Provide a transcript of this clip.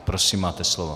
Prosím, máte slovo.